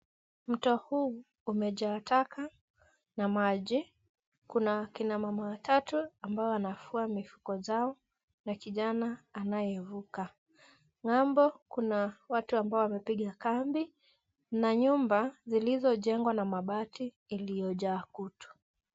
Mto huu umejaa taka na maji. Kuna kina mama watatu ambao wanafua mifuko zao na kijana anayevuka. Ng'ambo kuna watu ambao wamepiga kambi na nyumba zilizojengwa na mabati iliyojaa kutu.